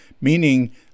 meaning